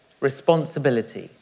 Responsibility